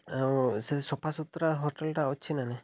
ଆଉ ସେ ସଫା ସୁତୁରା ହୋଟେଲ୍ଟା ଅଛି ନା ନାଇଁ